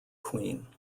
queen